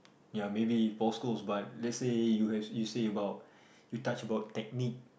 ya maybe Paul-Coles but let's say you touch about technique